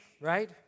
right